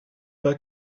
pas